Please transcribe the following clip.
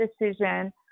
decision